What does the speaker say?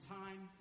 time